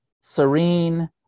serene